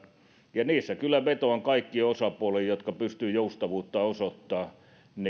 ja niissä kyllä vetoan kaikkiin osapuoliin jotka pystyvät joustavuutta osoittamaan